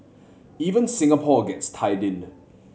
even Singapore gets tied in